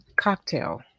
cocktail